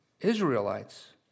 Israelites